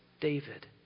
David